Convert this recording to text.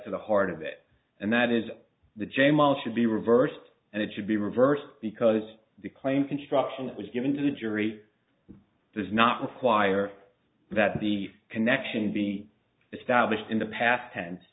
to the heart of it and that is the j miles should be reversed and it should be reversed because the claim construction that was given to the jury does not require that the connection be established in the past tense